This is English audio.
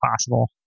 possible